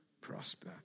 prosper